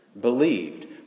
believed